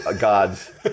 gods